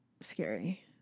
scary